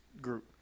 group